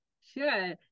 sure